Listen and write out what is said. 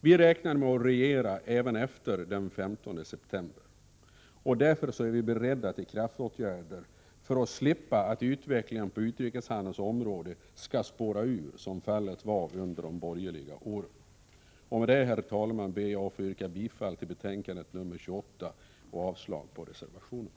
Vi räknar nämligen med att regera även efter den 15 september. Därför är vi beredda till kraftåtgärder för att slippa att utvecklingen på utrikeshandelns område spårar ur som var fallet under de borgerliga regeringsåren. Med det, herr talman, ber jag att få yrka bifall till utskottets hemställan i betänkande 28 och avslag på reservationerna.